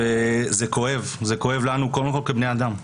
זה כואב לנו קודם כל כבני אדם,